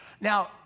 Now